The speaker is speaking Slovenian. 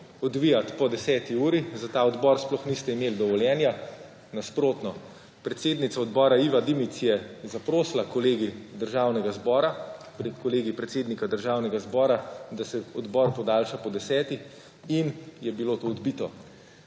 odvijati po deseti uri. Za ta odbor sploh niste imeli dovoljenja. Nasprotno, predsednica odbora, Iva Dimic, je zaprosila Kolegij Državnega zbora pred Kolegij predsednika Državnega zbora, da se odbor podaljša po desetih in je bilo to odbito.